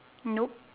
nope